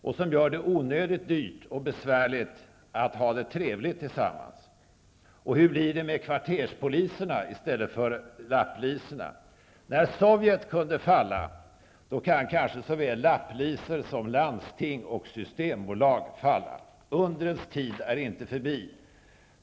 Detta gör det onödigt dyrt och besvärligt att ha det trevligt tillsammans. Hur blir det med kvarterspoliserna i stället för lapplisorna? När Sovjet kunde falla kan kanske såväl lapplisor som landsting och systembolag falla. Undrens tid är inte förbi.